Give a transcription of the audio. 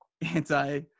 anti